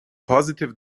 positive